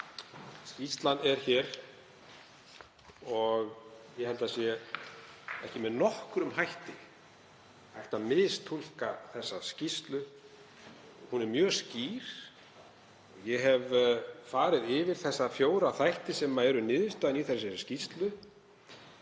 Skýrslan er hér og ég held að ekki sé með nokkrum hætti hægt að mistúlka hana. Hún er mjög skýr. Ég hef farið yfir þessa fjóra þætti sem eru niðurstaðan í þessari skýrslu.